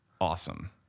awesome